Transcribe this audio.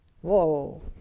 Whoa